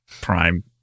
prime